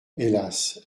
hélas